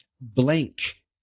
blank